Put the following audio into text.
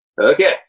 Okay